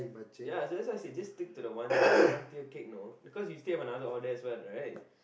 ya that that's why I said just stick to the one one tier cake no cause you still have another order as well right